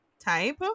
Type